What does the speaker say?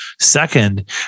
second